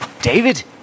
David